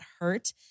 hurt